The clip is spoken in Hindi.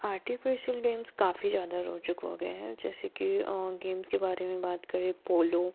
आर्टीफिशल गेम्स काफ़ी ज़्यादा रोचक हो गए हैं जैसे कि गेम्स के बारे में बात करें पोलो